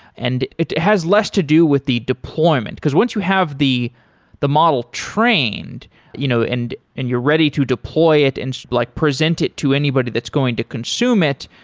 and it has less to do with the deployment, because once you have the the model trained you know and and you're ready to deploy it and like present it to anybody that's going to consume it,